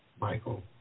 Michael